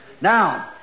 Now